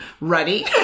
ready